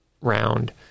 round